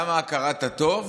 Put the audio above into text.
למה את הכרת הטוב?